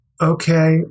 okay